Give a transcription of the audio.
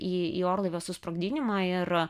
į į orlaivio susprogdinimą ir